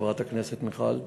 חברת הכנסת מיכל,